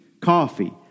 coffee